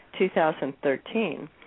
2013